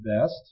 best